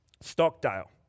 Stockdale